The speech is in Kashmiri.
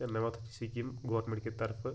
تہٕ نَمَتھ سِکیٖم گورمیٚنٛٹ کہِ طرفہٕ